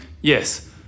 yes